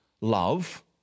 love